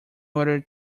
order